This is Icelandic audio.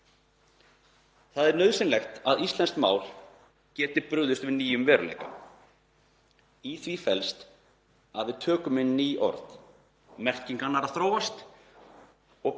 Það er nauðsynlegt að íslenskt mál geti brugðist við nýjum veruleika. Í því felst að við tökum inn ný orð, merking annarra þróist og